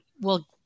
we'll-